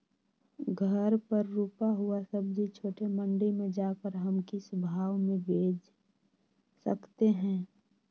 घर पर रूपा हुआ सब्जी छोटे मंडी में जाकर हम किस भाव में भेज सकते हैं?